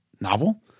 novel